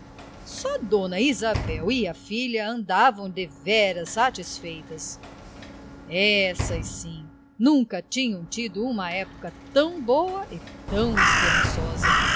amava só dona isabel e a filha andavam deveras satisfeitas essas sim nunca tinham tido uma época tão boa e tão esperançosa